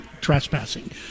trespassing